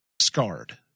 scarred